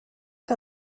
que